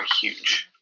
huge